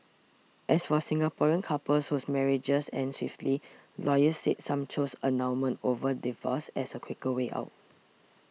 as for Singaporean couples whose marriages end swiftly lawyers said some choose annulment over divorce as a quicker way out